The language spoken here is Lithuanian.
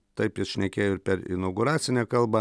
taip jis šnekėjo ir per inauguracinę kalbą